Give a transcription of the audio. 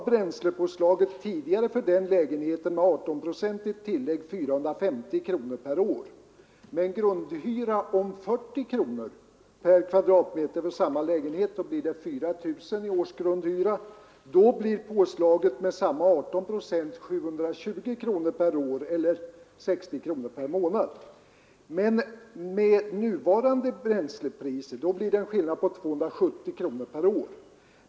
Bränslepåslaget för denna lägenhet var tidigare 18 procent — 450 kronor per år. Med en grundhyra på 40 kronor per kvadratmeter för samma lägenhet blir det 4 000 kronor i årsgrundhyra. 18 procents bränslepåslag gör då 720 kronor per år eller 60 kronor per månad. Med tidigare bränslepriser blir det i detta fall en skillnad på 270 kronor per år.